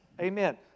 amen